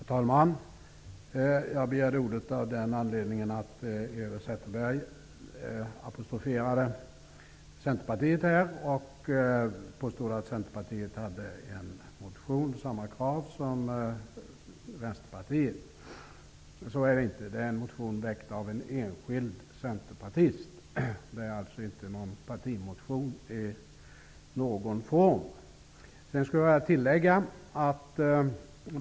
Herr talman! Jag begärde ordet av den anledningen att Eva Zetterberg apostroferade Centerpartiet. Hon påstod att Centerpartiet hade en motion med samma krav som Vänsterpartiet. Så är det inte. Det är en motion väckt av en enskild centerpartist. Det är alltså inte någon partimotion i någon form.